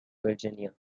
virginia